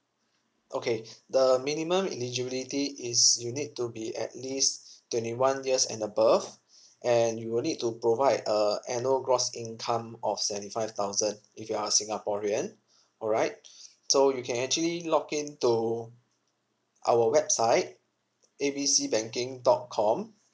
okay the minimum eligibility is you need to be at least twenty one years and above and you will need to provide uh annual gross income of seventy five thousand if you are singaporean alright so you can actually login to our website A B C banking dot com